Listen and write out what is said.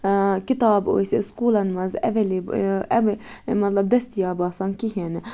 کِتاب ٲسۍ أسۍ سُکوٗلَن منٛز اٮ۪ویلیب مطلب دِستِیاب آسان کِہیٖنۍ نہٕ